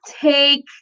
take